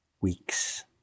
weeks